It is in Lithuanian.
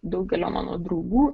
daugelio mano draugų